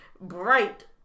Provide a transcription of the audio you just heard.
bright